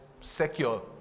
secure